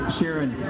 Sharon